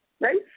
Right